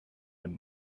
him